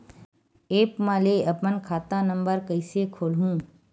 App म ले अपन खाता नम्बर कइसे खोलहु?